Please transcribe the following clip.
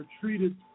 treated